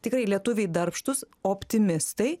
tikrai lietuviai darbštūs optimistai